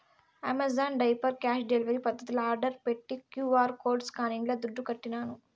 Amazon diaper cash delivery పద్దతిల order పెట్టి QR code స్కానింగ్ల దుడ్లుకట్టినాను